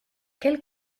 quels